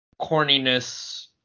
corniness